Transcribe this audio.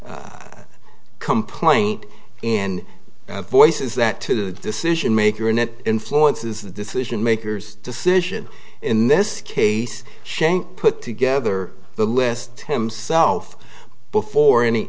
complaint and voices that to the decision maker and it influences the decision makers decision in this case shane put together the list himself before any